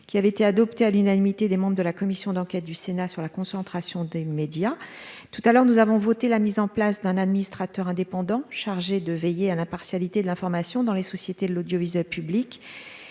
Qui avait été adopté à l'unanimité des membres de la commission d'enquête du Sénat sur la concentration des médias tout à l'heure, nous avons voté la mise en place d'un administrateur indépendant chargé de veiller à l'impartialité de l'information dans les sociétés de l'audiovisuel public.